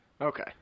Okay